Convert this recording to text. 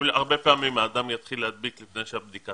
הרבה פעמים האדם יתחיל להדביק לפני שהבדיקה